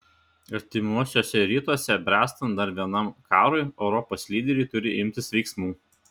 artimuosiuose rytuose bręstant dar vienam karui europos lyderiai turi imtis veiksmų